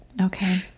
Okay